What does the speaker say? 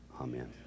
amen